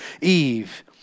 Eve